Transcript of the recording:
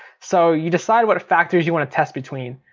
so you decide what factors you want to test between.